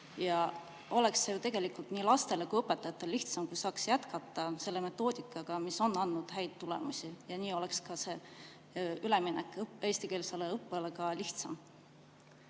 Oleks ju tegelikult nii lastele kui ka õpetajatele lihtsam, kui saaks jätkata selle metoodikaga, mis juba on andnud häid tulemusi, ja nii oleks ka üleminek eestikeelsele õppele lihtsam.